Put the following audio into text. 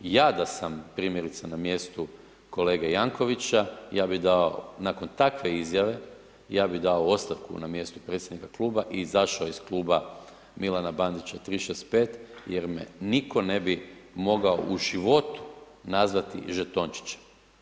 Ja da sam, primjerice, na mjestu kolege Jankovicsa, ja bi dao nakon takve izjave, ja bi dao ostavku na mjesto predsjednika kluba i izašao iz Kluba Milana Bandića 365 jer me nitko ne bi mogao u životu nazvati žetončićem.